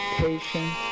patient